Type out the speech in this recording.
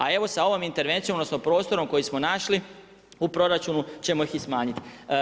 A evo sa ovom intervencijom odnosno prostorom koji smo našli u proračunu ćemo ih i smanjiti.